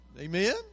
Amen